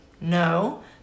No